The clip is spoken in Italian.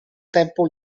tempo